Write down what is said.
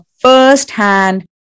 first-hand